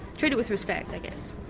treat it with respect i guess.